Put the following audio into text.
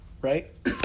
right